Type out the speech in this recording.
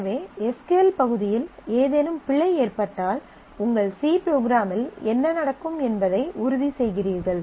எனவே S Q L பகுதியில் ஏதேனும் பிழை ஏற்பட்டால் உங்கள் சி ப்ரோக்ராம் இல் என்ன நடக்கும் என்பதை உறுதி செய்கிறீர்கள்